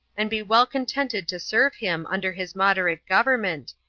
and be well contented to serve him under his moderate government,